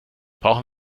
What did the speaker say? brauchen